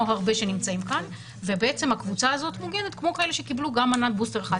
הרבה שנמצאים כאן ובעצם הקבוצה הזאת מוגנת כמו כאלה שקיבלו מנת בוסטר אחת.